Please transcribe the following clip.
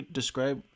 describe